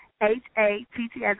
H-A-T-T